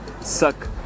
suck